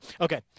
Okay